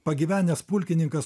pagyvenęs pulkininkas